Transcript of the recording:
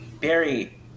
Barry